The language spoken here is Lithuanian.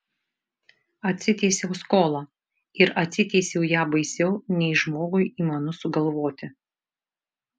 atsiteisiau skolą ir atsiteisiau ją baisiau nei žmogui įmanu sugalvoti